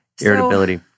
irritability